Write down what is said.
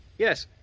yes.